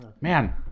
man